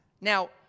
Now